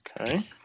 okay